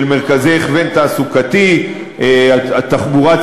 של מרכזי הכוון תעסוקתי, תחבורה ציבורית,